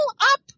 up